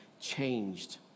changed